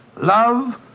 Love